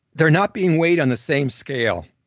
they're not being weighed on the same scale.